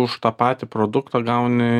už tą patį produktą gauni